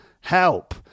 Help